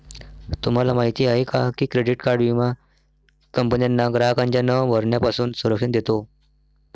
तुम्हाला माहिती आहे का की क्रेडिट विमा कंपन्यांना ग्राहकांच्या न भरण्यापासून संरक्षण देतो